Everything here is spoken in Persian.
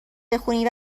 بخونی